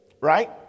right